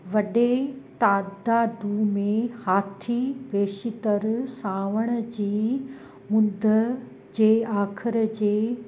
वॾे तादादू में हाथी बेशितर सावण जी मुंद जे आख़िर जे